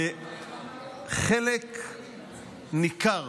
חלק ניכר